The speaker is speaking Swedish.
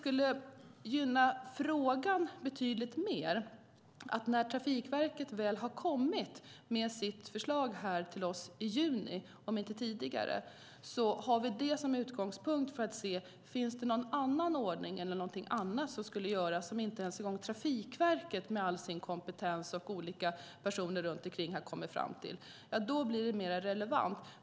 Man tar det etappvis. När Trafikverket väl har kommit med sitt förslag till oss i juni, om inte tidigare, tar vi det som utgångspunkt för att se om det finns någon annan ordning eller någonting annat som skulle kunna göras och som inte ens Trafikverket med all sin kompetens har kommit fram till. Då blir det mer relevant och gynnar frågan betydligt mer.